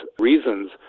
reasons